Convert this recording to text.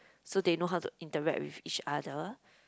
so they know how to interact with each other